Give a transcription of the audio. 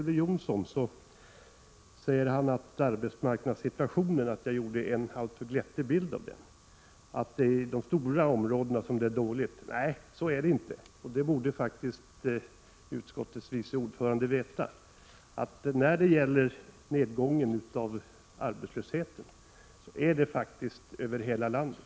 Herr talman! Elver Jonsson säger att jag gav en alltför glättig bild av arbetsmarknadssituationen, och han menar att situationen är dålig inom de stora områdena. Nej, så är det inte, och det borde faktiskt utskottets vice ordförande veta. Det förekommer en nedgång i arbetslösheten över hela landet.